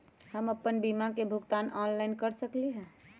हम अपन बीमा के भुगतान ऑनलाइन कर सकली ह?